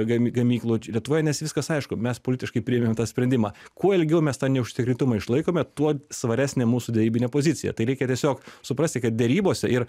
gamy gamyklų lietuvoj nes viskas aišku mes politiškai priėmėm tą sprendimą kuo ilgiau mes tą neužtikrintumą išlaikome tuo svaresnė mūsų derybinė pozicija tai reikia tiesiog suprasti kad derybose ir